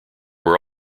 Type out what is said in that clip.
were